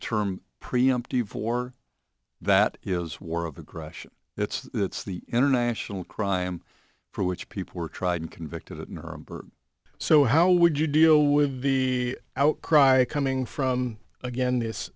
term preemptive war that is war of aggression it's the international crime for which people were tried and convicted at nuremberg so how would you deal with the outcry coming from again